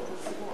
אני אוסיף אותך.